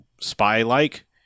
spy-like